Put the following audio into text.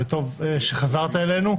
וטוב שחזרת אלינו.